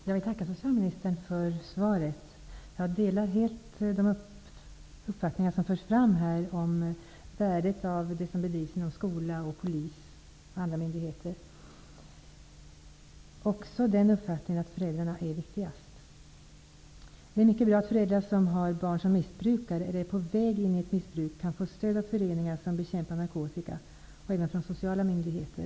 Fru talman! Jag vill tacka socialministern för svaret. Jag delar helt den uppfattning som förs fram om värdet av det arbete som bedrivs inom skolan, av Polisen och av andra myndigheter. Jag delar också uppfattningen att föräldrarna är viktigast i sammanhanget. Jag tycker också att det är bra att föräldrar till barn som är missbrukare, eller som är på väg in i missbruk, kan få stöd av föreningar som bekämpar narkotika och även från sociala myndigheter.